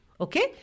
Okay